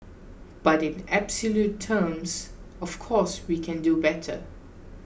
but in absolute terms of course we can do better